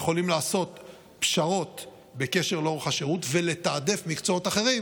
אנחנו יכולים לעשות פשרות בקשר לאורך השירות ולתעדף מקצועות אחרים,